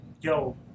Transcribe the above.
yo